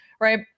Right